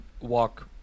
walk